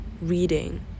reading